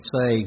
say